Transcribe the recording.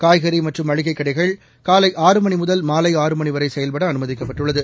காய்கறி மற்றும் மளிகைக் கடைகள் காலை ஆறு மணி முதல் மாலை ஆறு மணி வரை செயல்பட அனுமதிக்கப்பட்டுள்ளது